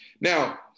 Now